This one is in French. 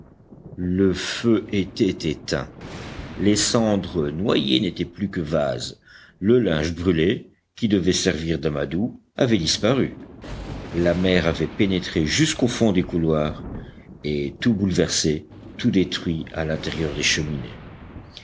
le feu était éteint les cendres noyées n'étaient plus que vase le linge brûlé qui devait servir d'amadou avait disparu la mer avait pénétré jusqu'au fond des couloirs et tout bouleversé tout détruit à l'intérieur des cheminées